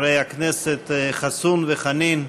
חברי הכנסת חסון וחנין,